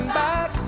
back